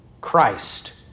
Christ